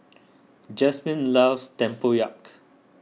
Jasmine loves Tempoyak